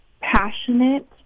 passionate